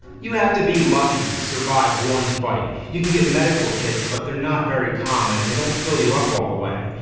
you have to be lucky to survive one fight. you can get medical kits, but they're not very common and they don't fill you up all the way.